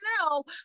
no